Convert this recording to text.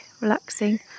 relaxing